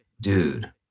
dude